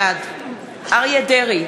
בעד אריה דרעי,